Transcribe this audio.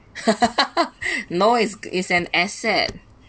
no is an asset